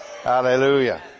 Hallelujah